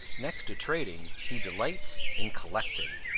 next to trading he delights in collecting.